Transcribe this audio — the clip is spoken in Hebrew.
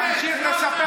תמשיך לספר סיפורים.